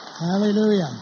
Hallelujah